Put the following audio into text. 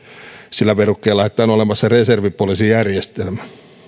sillä verukkeella että on olemassa reservipoliisijärjestelmä